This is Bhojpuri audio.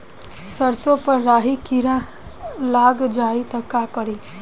सरसो पर राही किरा लाग जाई त का करी?